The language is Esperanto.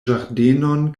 ĝardenon